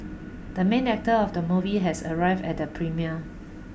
the main actor of the movie has arrived at the premiere